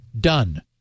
Done